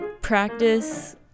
practice